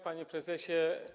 Panie Prezesie!